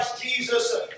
Jesus